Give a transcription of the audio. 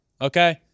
okay